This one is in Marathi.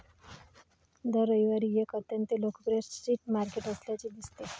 दर रविवारी एक अत्यंत लोकप्रिय स्ट्रीट मार्केट असल्याचे दिसते